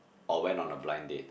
or went on a blind date